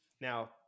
Now